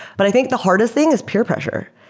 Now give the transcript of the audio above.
but i think the hardest thing is peer pressure,